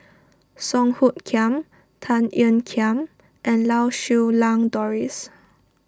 Song Hoot Kiam Tan Ean Kiam and Lau Siew Lang Doris